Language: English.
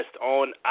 on